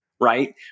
right